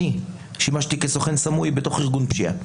אני שימשתי כסוכן סמוי בתוך ארגון פשיעה.